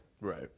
Right